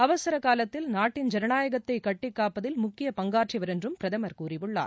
அவசர காலத்தில் நாட்டின் ஜனநாயகத்தை கட்டிக்காப்பதில் முக்கிய பங்காற்றியவர் என்றும் பிரதமர் கூறியுள்ளார்